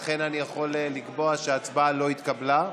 לכן, אני יכול לקבוע שההצעה לא התקבלה.